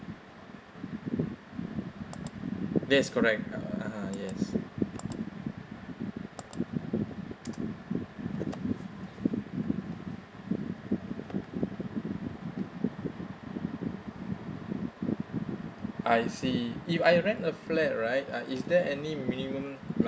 that is correct (uh huh) yes I see if I rent a flat right uh is there any minimum